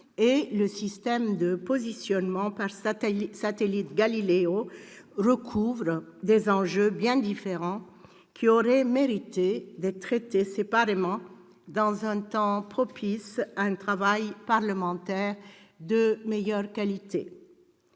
et le système de positionnement par satellite Galileo recouvrent des enjeux bien différents qui auraient mérité d'être traités séparément dans un temps propice à un travail parlementaire de meilleure qualité.